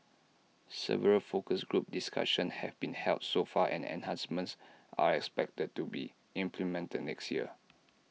several focus group discussions have been held so far and enhancements are expected to be implemented next year